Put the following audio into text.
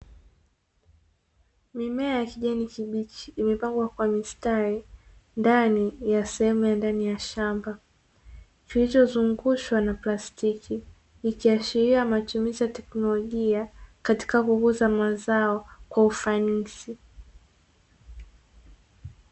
Mimea ya kijani kibichi imepangwa kwa mistari ndani ya sehemu ya ndani ya shamba kilichozungushwa na plastiki, ikiashiria matumizi ya teknolojia katika kukuza mazao kwa ufanisi.